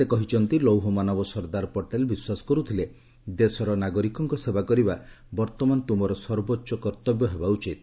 ସେ କହିଛନ୍ତି ଲୌହ ମାନବ ସର୍ଦ୍ଦାର ପଟେଲ ବିଶ୍ୱାସ କରୁଥିଲେ ଦେଶର ନାଗରିକଙ୍କ ସେବା କରିବା ବର୍ତ୍ତମାନ ତୁମର ସର୍ବୋଚ୍ଚ କର୍ତ୍ତବ୍ୟ ହେବା ଉଚିତ